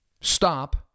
Stop